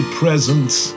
presents